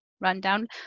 rundown